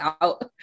out